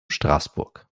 straßburg